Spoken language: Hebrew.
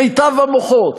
מיטב המוחות.